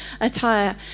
attire